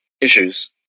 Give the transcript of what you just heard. issues